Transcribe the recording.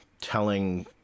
telling